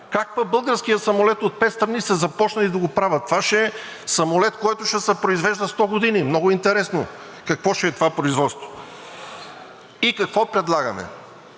Как пък българският самолет от пет страни са започнали да го правят? Това ще е самолет, който ще се произвежда 100 години – много интересно какво ще е това производство! И какво предлагаме?